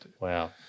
Wow